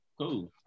cool